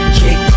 kick